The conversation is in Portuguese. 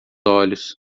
olhos